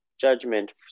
judgment